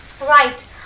Right